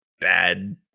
bad